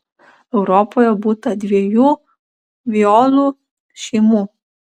europoje būta dviejų violų šeimų